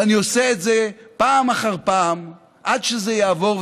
ואני עושה את זה פעם אחר פעם עד שזה יעבור,